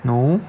no